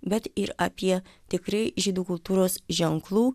bet ir apie tikrai žydų kultūros ženklų